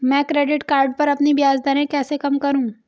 मैं credit card पर अपनी ब्याज दरें कैसे कम करूँ?